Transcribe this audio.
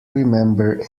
remember